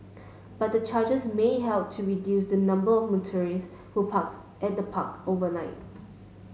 but the charges may help to reduce the number of motorists who parked at the park overnight